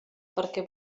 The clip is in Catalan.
perquè